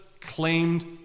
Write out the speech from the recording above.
claimed